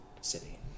city